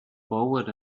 forward